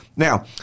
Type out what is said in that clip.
Now